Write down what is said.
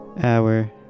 hour